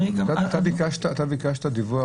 אתה ביקשת דיווח